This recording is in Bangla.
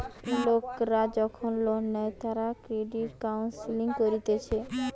লোকরা যখন লোন নেই তারা ক্রেডিট কাউন্সেলিং করতিছে